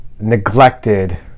neglected